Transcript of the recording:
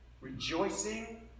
rejoicing